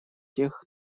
тех